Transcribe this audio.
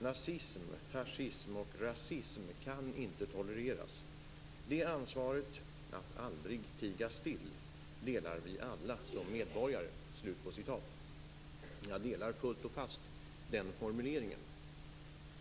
Nazism, fascism och rasism kan inte tolereras. Det ansvaret - att aldrig tiga still - delar vi alla som medborgare." Jag instämmer fullt och fast i den formuleringen.